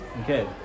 Okay